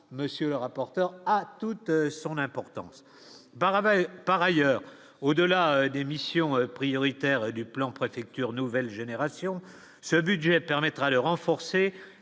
monsieur le rapporteur ah. Toute son importance : bah, par ailleurs, au-delà des missions prioritaires du plan préfecture nouvelle génération, ce budget permettra de renforcer